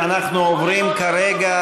אנחנו עוברים כרגע